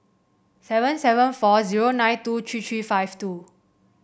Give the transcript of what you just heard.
seven seven four zero nine two three three five two